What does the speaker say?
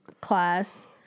class